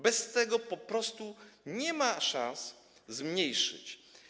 Bez tego po prostu nie mamy szans tego zmniejszyć.